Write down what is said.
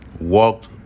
walked